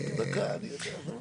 לא,